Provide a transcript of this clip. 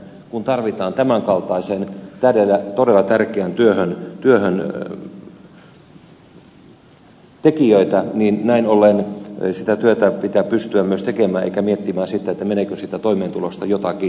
kun tarvitaan tämän kaltaiseen todella tärkeään työhön tekijöitä niin näin ollen sitä työtä pitää pystyä myös tekemään eikä miettiä sitä meneekö siitä toimeentulosta jotakin